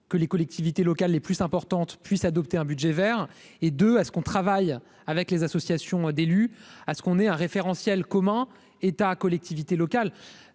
que les collectivités locales les plus importantes puissent adopter un budget vert et de à ce qu'on travaille avec les associations d'élus à ce qu'on ait un référentiel commun, État, collectivités locales,